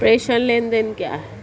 प्रेषण लेनदेन क्या है?